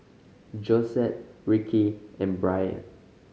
Josette Rickie and Brian